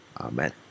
amen